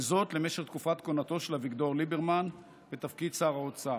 וזאת למשך תקופת כהונתו של אביגדור ליברמן בתפקיד שר האוצר.